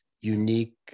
unique